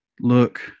look